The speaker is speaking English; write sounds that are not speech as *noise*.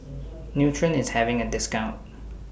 *noise* Nutren IS having A discount